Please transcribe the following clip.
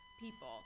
people